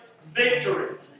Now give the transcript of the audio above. victory